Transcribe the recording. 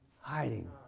hiding